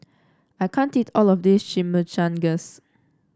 I can't eat all of this Chimichangas